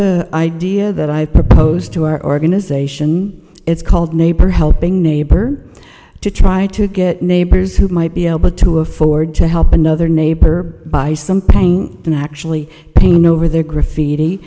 a idea that i proposed to our organization it's called neighbor helping neighbor to try to get neighbors who might be able to afford to help another neighbor buy some paint and actually painted over their graff